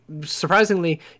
surprisingly